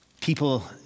people